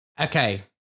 Okay